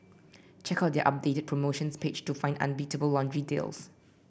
check out their updated promotions page to find unbeatable laundry deals